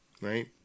Right